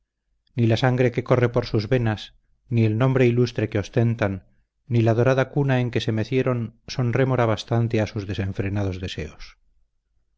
ni la sangre que corre por sus venas ni el nombre ilustre que ostentan ni la dorada cuna en que se mecieron son rémora bastante a sus desenfrenados deseos